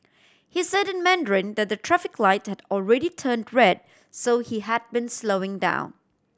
he said in Mandarin that the traffic light had already turn red so he had been slowing down